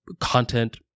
content